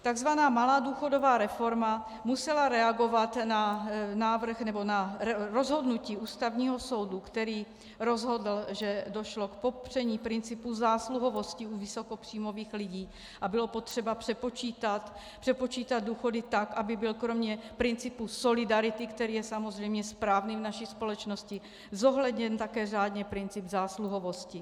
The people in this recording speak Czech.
Takzvaná malá důchodová reforma musela reagovat na rozhodnutí Ústavního soudu, který rozhodl, že došlo k popření principu zásluhovosti u vysokopříjmových lidí, a bylo potřeba přepočítat důchody tak, aby byl kromě principu solidarity, který je samozřejmě správný v naší společnosti, zohledněn také řádně princip zásluhovosti.